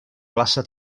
classe